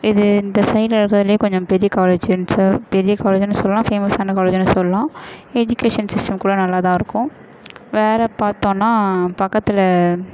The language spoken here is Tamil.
இது இந்த சைட் இருக்கிறதுலையே கொஞ்சோம் பெரிய காலேஜ்ன்னு சொ பெரிய காலேஜ்ன்னு சொல்லலாம் ஃபேமஸ்ஸான காலேஜுன்னும் சொல்லலாம் எஜுகேஷன் சிஸ்டம் கூட நல்லா தான் இருக்கும் வேறு பார்த்தோம்னா பக்கத்தில்